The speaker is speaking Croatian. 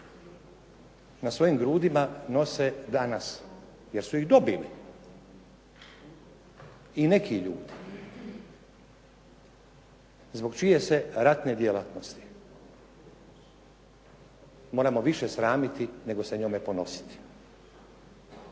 na svojim grudima nose danas, jer su ih dobili i neki ljudi zbog čije se ratne djelatnosti moramo više sramiti, nego se njome ponositi.